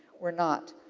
were not.